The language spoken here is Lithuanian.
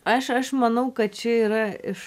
aš aš manau kad čia yra iš